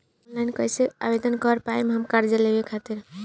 Online कइसे आवेदन कर पाएम हम कर्जा लेवे खातिर?